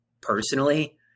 personally